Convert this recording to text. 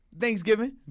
Thanksgiving